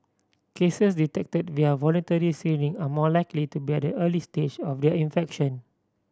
cases detected via voluntary screening are more likely to be at the early stage of their infection